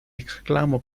exclamó